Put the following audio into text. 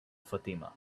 fatima